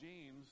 James